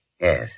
Yes